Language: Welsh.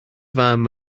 fam